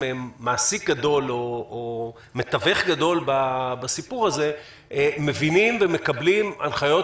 כמעסיק גדול או מתווך גדול בסיפור מבינים ומקבלים הנחיות